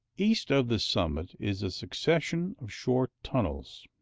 east of the summit is a succession of short tunnels,